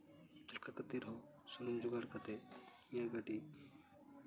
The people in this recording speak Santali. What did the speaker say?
ᱡᱟᱦᱟᱸ ᱞᱮᱠᱟ ᱠᱟᱛᱮᱫ ᱨᱮᱦᱚᱸ ᱥᱩᱱᱩᱢ ᱡᱚᱜᱟᱲ ᱠᱟᱛᱮᱫ ᱱᱤᱭᱟᱹᱜᱟᱹᱰᱤ